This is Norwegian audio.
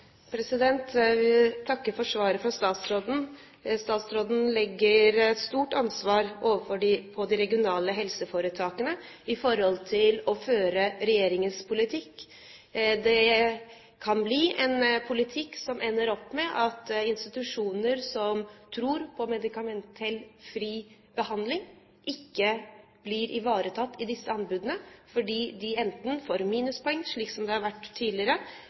Jeg takker for svaret fra statsråden. Statsråden legger et stort ansvar på de regionale helseforetakene i forhold til å føre regjeringens politikk. Det kan bli en politikk som ender opp med at institusjoner som tror på medikamentfri behandling, ikke blir ivaretatt ved disse anbudene fordi de enten får minuspoeng, slik som det har vært tidligere,